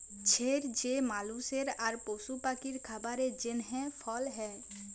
ছের যে মালুসের আর পশু পাখির খাবারের জ্যনহে ফল হ্যয়